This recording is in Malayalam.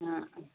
ആ